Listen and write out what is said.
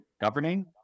governing